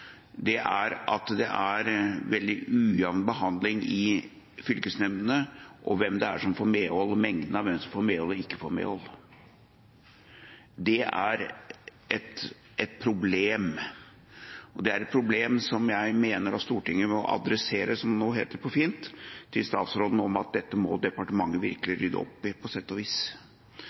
er nesten enda mer alvorlig, at det er veldig ujevn behandling i fylkesnemndene når det gjelder mengden av hvem som får medhold, og hvem som ikke får medhold. Det er et problem som jeg mener Stortinget må adressere – som det nå heter på fint – til statsråden, at dette må departementet virkelig rydde opp i, på sett og vis.